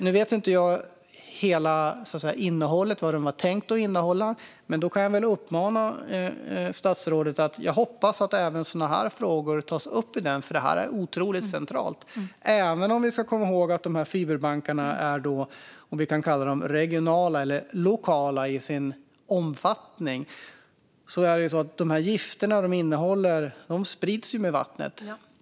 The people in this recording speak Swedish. Nu vet jag inte vad den var tänkt att innehålla, men jag hoppas att även sådana frågor tas upp, för detta är otroligt centralt. Även om fiberbankarna är regionala eller lokala i sin omfattning ska vi komma ihåg att de gifter som de innehåller sprids med vattnet.